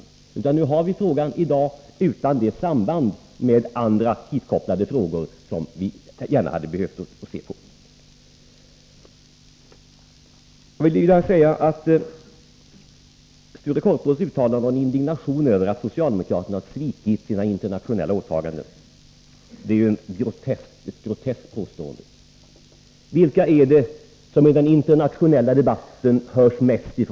Nu har vi frågan uppe till behandling i dag utan det samband med andra hithörande frågor som vi hade behövt ta del av. Sture Korpås uttalade indignation över att socialdemokraterna, som han sade, hade svikit sina internationella åtaganden. Det är ett groteskt påstående. Vilka från Sverige är det som hörs mest i den internationella debatten?